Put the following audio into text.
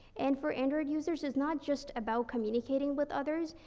and for android users, it's not just about communicating with others.